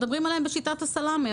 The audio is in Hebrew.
מדברים עליהן בשיטת הסלמי,